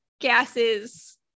gases